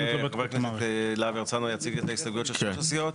חבר הכנסת להב הרצנו יציג את ההסתייגויות של שלוש הסיעות?